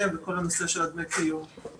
אמרתי שהות"ת והמל"ג הן ביחד, התייחסתי אליהן.